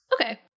okay